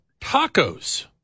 tacos